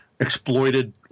Exploited